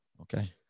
Okay